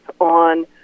on